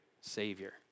Savior